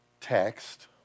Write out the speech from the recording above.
text